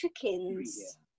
chickens